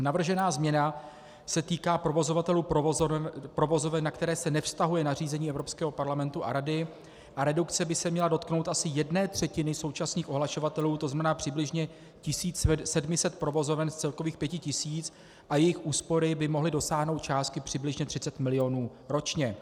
Navržená změna se týká provozovatelů provozoven, na které se nevztahuje nařízení Evropského parlamentu a Rady, a redukce by se měla dotknout asi jedné třetiny současných ohlašovatelů, to znamená přibližně 1700 provozoven z celkových 5000 a jejich úspory by mohly dosáhnout částky přibližně 30 mil. ročně.